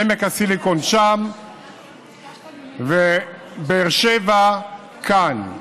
עמק הסיליקון שם ובאר שבע כאן.